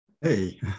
Hey